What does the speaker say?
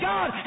God